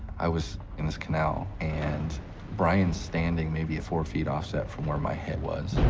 i was in this canal, and brian's standing maybe at four feet offset from where my head was.